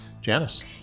Janice